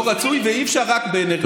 לא רצוי, ואי-אפשר רק באנרגיות מתחדשות.